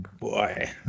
Boy